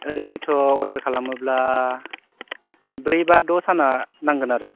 ओरैनोथ' अरदार खालामोब्ला ब्रै बा द' साना नांगोन आरो